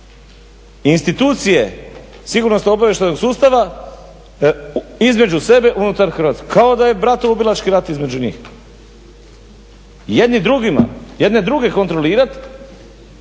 institucije sigurnosno-obavještajnog sustava između sebe unutar Hrvatske. Kao da je bratoubilački rat između njih. Jedni drugima,